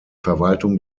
verwaltung